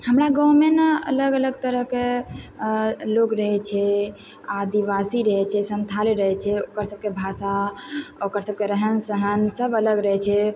हमरा गाँवमे ने अलग अलग तरहके लोक रहै छै आदिवासी रहै छै सन्थाली रहै छै ओकर सबके भाषा ओकर सबके रहन सहन सब अलग रहै छै